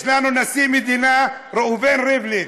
יש לנו נשיא מדינה ראובן ריבלין.